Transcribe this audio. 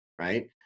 right